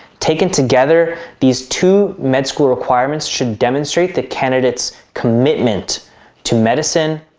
taken together, these two med school requirements should demonstrate the candidates, commitment to medicine,